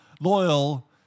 loyal